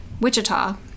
Wichita